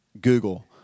Google